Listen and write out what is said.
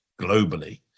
globally